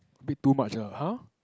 a bit too much (uh huh)